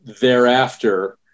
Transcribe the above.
thereafter